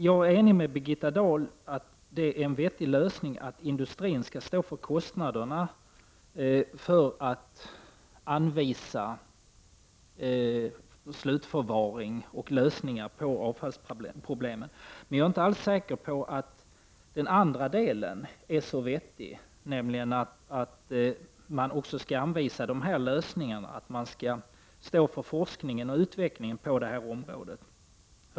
Jag håller med Birgitta Dahl med om att det är en vettig lösning att industrin skall stå för kostnaderna för att anvisa slutförvaring och för lösning av avfallsproblemen. Jag är dock inte helt säker på att det är så vettigt, att industrin skall stå för forskning och utveckling på detta område.